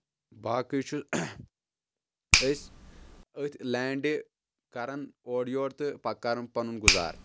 باقٕے چھُ أسۍ أتھۍ لینٛڈ کران اورٕ یور تہٕ پَتہٕ کران پنُن گُزارٕ